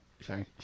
sorry